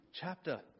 chapter